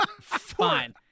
fine